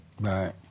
Right